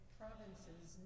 provinces